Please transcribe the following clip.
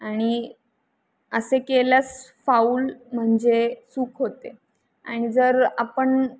आणि असे केल्यास फाऊल म्हणजे चूक होते आणि जर आपण